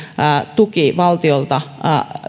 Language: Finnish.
tuki valtiolta